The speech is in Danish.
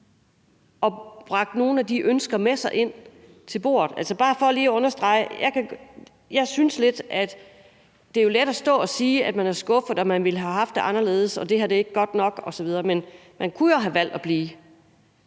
og bragte nogle af de ønsker med sig ind til bordet. Jeg synes lidt, at det er let at stå og sige, at man er skuffet, og at man ville have haft det anderledes, og at det her ikke er godt nok osv. Men man kunne jo have valgt at blive